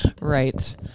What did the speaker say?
Right